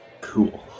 Cool